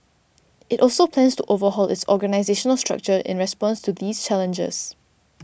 it also plans to overhaul its organisational structure in response to these challenges